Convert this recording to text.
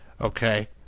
Okay